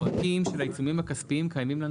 הפרטים של העיצומים הכספיים קיימים לנו